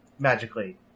Magically